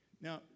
Now